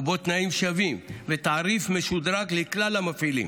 ובו תנאים שווים ותעריף משודרג לכלל המפעילים.